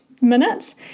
minutes